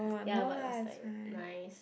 ya but was like nice